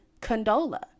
Condola